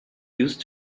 used